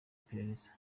iperereza